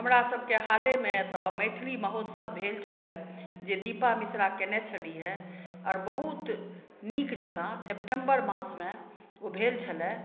हमरा सबके हालेमे एतऽ मैथिली महोत्सव भेल छलै जे दीपा मिश्रा कयने छलिह हैं आओर बहुत नीक जकाँ सेप्टेंबर मासमे ओ भेल छलै